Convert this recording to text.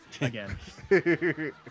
Again